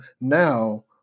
now